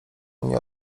mnie